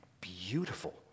beautiful